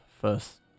first